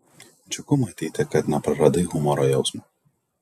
džiugu matyti kad nepraradai humoro jausmo